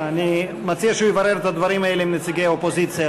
אני מציע שהוא יברר את הדברים האלה עם נציגי האופוזיציה,